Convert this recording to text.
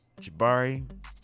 Jabari